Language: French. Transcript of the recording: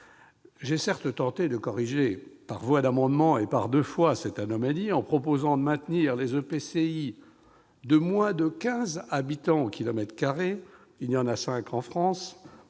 J'ai certes tenté de corriger par voie d'amendement et par deux fois cette anomalie en proposant de maintenir les EPCI de moins de quinze habitants au kilomètre carré- il n'y en a que cinq en France